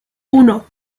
uno